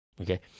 okay